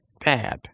dad